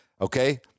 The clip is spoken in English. okay